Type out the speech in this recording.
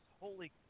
Holy